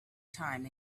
time